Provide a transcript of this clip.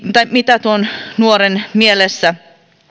mitä mitä tuon nuoren mielessä